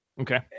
okay